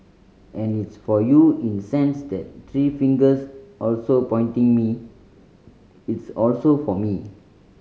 and it's for you in sense that three fingers also pointing me it's also for me